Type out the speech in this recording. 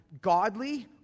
godly